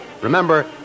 Remember